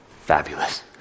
Fabulous